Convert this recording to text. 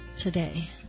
today